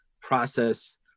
process